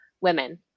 women